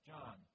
John